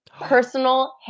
personal